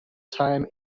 time